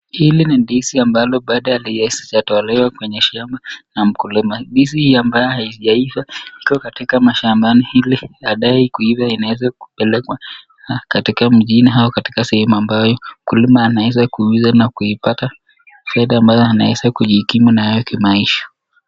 Hili ni ndizi ambalo bado hazijatolewa kwenye shamba na mkulima, ndizi hii ambayo haijaiva iko katika mashambani ile inadai kuiva inaweza kupelekwa katika mjini au katika sehemu ambayo mkulima anaweza kuuza na kuipata fedha ambayo anaweza kujikimu nayo kimaisha.